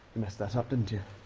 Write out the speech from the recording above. messed that up, didn't you?